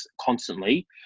constantly